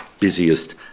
busiest